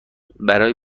برای